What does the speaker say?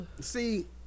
see